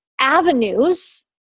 avenues